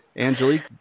Angelique